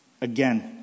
again